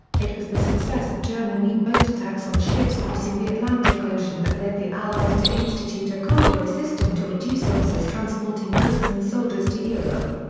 it was the success of german u-boat attacks on ships crossing the atlantic ocean that led the allies to institute a convoy system to reduce losses transporting goods and soldiers to europe.